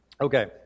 Okay